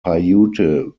paiute